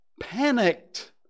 panicked